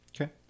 Okay